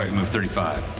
move thirty five,